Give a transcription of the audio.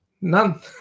None